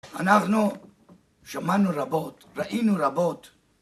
אנחנו שמענו רבות, ראינו רבות,